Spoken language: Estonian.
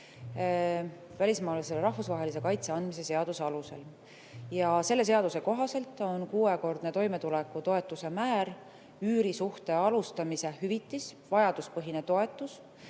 välismaalasele rahvusvahelise kaitse andmise seaduse alusel. Selle seaduse kohaselt on kuuekordne toimetulekutoetuse määr, üürisuhte alustamise hüvitis, vajaduspõhine toetus.